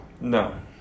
No